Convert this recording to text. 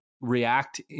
react